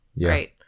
right